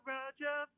Roger